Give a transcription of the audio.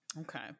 okay